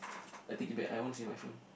I take it back I wanna say my phone